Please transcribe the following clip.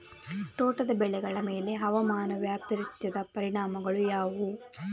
ತೋಟದ ಬೆಳೆಗಳ ಮೇಲೆ ಹವಾಮಾನ ವೈಪರೀತ್ಯದ ಪರಿಣಾಮಗಳು ಯಾವುವು?